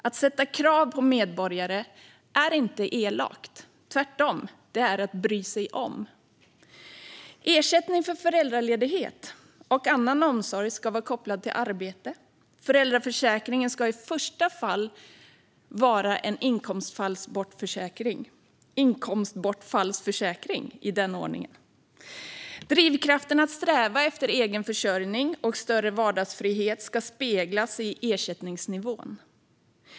Att ställa krav på medborgare är inte elakt utan tvärtom: det är att bry sig om dem. Ersättning för föräldraledighet och annan omsorg ska vara kopplad till arbete. Föräldraförsäkringen ska i första hand vara en inkomstbortfallsförsäkring. Drivkrafterna att sträva efter egen försörjning och större vardagsfrihet ska speglas i ersättningsnivån.